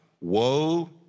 Woe